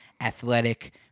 athletic